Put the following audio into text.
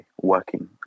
working